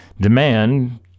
demand